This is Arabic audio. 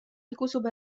الكتب